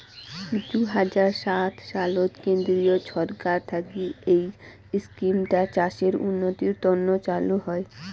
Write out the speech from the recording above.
দুই হাজার সাত সালত কেন্দ্রীয় ছরকার থাকি এই ইস্কিমটা চাষের উন্নতির তন্ন চালু হই